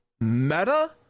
meta